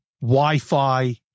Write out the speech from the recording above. Wi-Fi